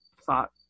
thought